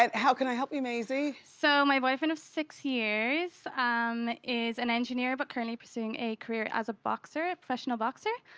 and how can i help you, macy? so my boyfriend of six years is an engineer but currently pursuing a career as a boxer, a professional boxer,